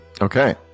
Okay